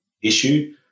issue